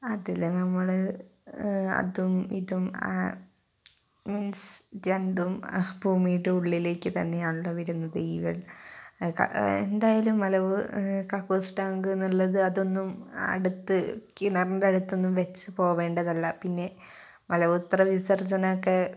അതിൽ നമ്മൾ അതും ഇതും മീൻസ് രണ്ടും ഭൂമിൻ്റെ ഉള്ളിലേക്ക് തന്നെയാണല്ലോ വരുന്നത് ഈവൺ എന്തായാലും കക്കൂസ് ടാങ്ക് എന്നുള്ളത് അതൊന്നും അടുത്ത് കിണറിൻ്റെ അടുത്തൊന്നും വച്ചു പോവേണ്ടത് അല്ല പിന്നെ മലമൂത്ര വിസർജനമൊക്കെ